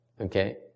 okay